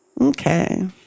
Okay